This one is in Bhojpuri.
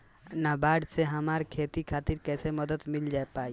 नाबार्ड से हमरा खेती खातिर कैसे मदद मिल पायी?